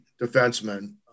defenseman